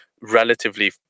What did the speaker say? relatively